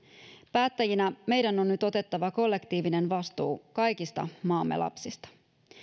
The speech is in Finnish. päättäjinä meidän on nyt otettava kollektiivinen vastuu kaikista maamme lapsista